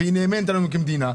והיא נאמנה עלינו כמדינה,